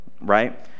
right